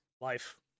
life